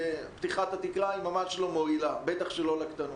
פתיחת התקרה, היא ממש לא מועילה, בטח שלא לקטנות.